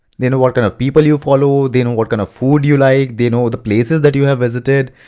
they know what kind of people you follow, they know what kind of food you like, they know the placed that you have visited.